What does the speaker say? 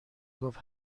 گفت